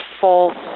false